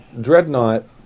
Dreadnought